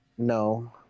No